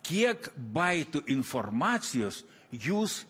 kiek baitų informacijos jūs